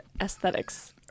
aesthetics